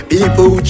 People